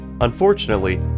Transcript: Unfortunately